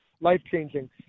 life-changing